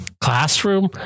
classroom